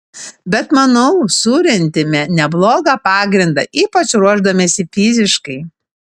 bet manau surentėme neblogą pagrindą ypač ruošdamiesi fiziškai